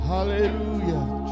Hallelujah